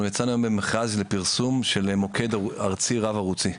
אנחנו יצאנו היום במכרז לפרסום של מוקד ארצי רב-ערוצי.